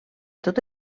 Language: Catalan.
tot